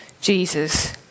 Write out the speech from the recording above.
Jesus